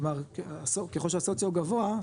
כלומר ככל שהסוציו גובה,